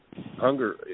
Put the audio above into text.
hunger